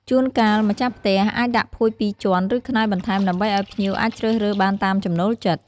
ជួនកាលម្ចាស់ផ្ទះអាចដាក់ភួយពីរជាន់ ឬខ្នើយបន្ថែម ដើម្បីឱ្យភ្ញៀវអាចជ្រើសរើសបានតាមចំណូលចិត្ត។